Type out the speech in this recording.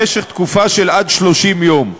לתקופה של עד 30 יום.